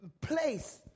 place